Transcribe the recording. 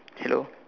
hello